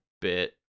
bit